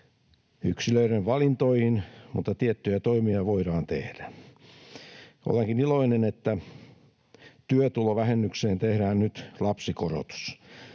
yksilöiden valintoihin, mutta tiettyjä toimia voidaan tehdä. Olenkin iloinen, että työtulovähennykseen tehdään nyt lapsikorotus.